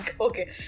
Okay